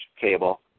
cable